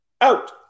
Out